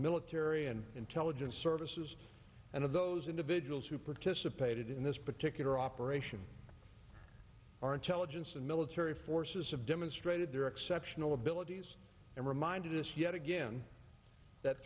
military and intelligence services and of those individuals who participated in this particular operation our intelligence and military forces have demonstrated their exceptional abilities and reminded us yet again that